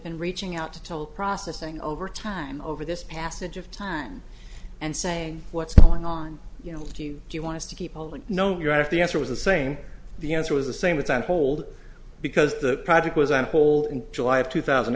been reaching out to tell processing over time over this passage of time and saying what's going on you know do you do you want to keep all the known you're out of the answer was the same the answer was the same with on hold because the project was on hold in july of two thousand